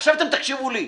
עכשיו אתם תקשיבו לי.